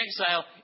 exile